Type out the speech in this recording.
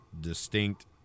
distinct